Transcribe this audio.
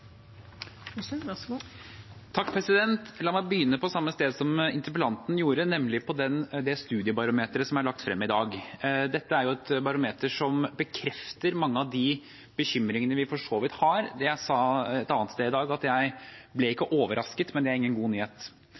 studiebarometeret som ble lagt frem i dag. Dette er et barometer som bekrefter mange av de bekymringene vi for så vidt har. Jeg sa et annet sted i dag at jeg ikke ble overrasket, men det er ingen god nyhet,